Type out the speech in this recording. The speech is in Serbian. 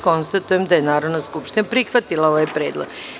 Konstatujem da je Narodna skupština prihvatila ovaj predlog.